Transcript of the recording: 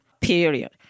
period